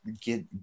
Get